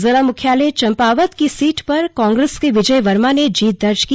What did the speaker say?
जिला मुख्यालय चम्पावत की सीट पर कांग्रेस प्रत्याशी विजय वर्मा ने जीत दर्ज की